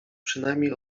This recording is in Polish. przynajmniej